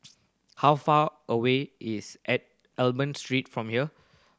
how far away is Almond Street from here